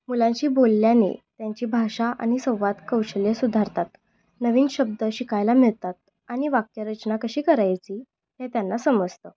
मुलांशी बोलल्याने त्यांची भाषा आणि संवाद कौशल्य सुधारतात नवीन शब्द शिकायला मिळतात आणि वाक्यरचना कशी करायची हे त्यांना समजतं